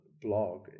blog